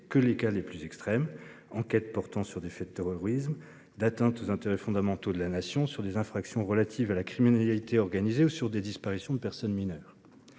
que les cas extrêmes : enquêtes portant sur des faits de terrorisme ou d'atteintes aux intérêts fondamentaux de la Nation, sur des infractions relatives à la criminalité organisée ou sur des disparitions de personnes mineures.